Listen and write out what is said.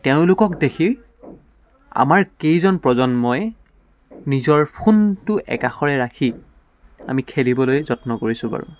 তেওঁলোকক দেখি আমাৰ কেইজন প্ৰজন্মই নিজৰ ফোনটো একাষৰে ৰাখি আমি খেলিবলৈ যত্ন কৰিছোঁ বাৰু